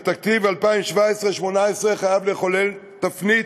ותקציב 2017 2018 חייב לחולל תפנית.